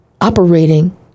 operating